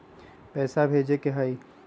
पैसा भेजे के हाइ?